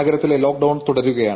നഗരത്തിലെ ലോക്ഡൌൺ തുടരുകയാണ്